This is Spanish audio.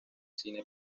cine